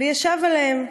/ וישב עליהם.